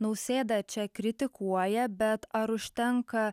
nausėda čia kritikuoja bet ar užtenka